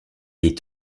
est